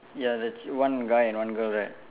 ya that's one guy and one girl right